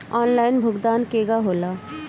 Online भुगतान केगा होला?